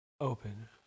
open